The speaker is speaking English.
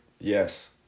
Yes